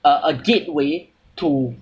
uh a gateway to